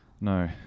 No